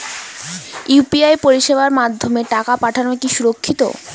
UPI পরিষেবার মাধ্যমে টাকা পাঠানো কি সুরক্ষিত?